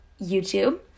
YouTube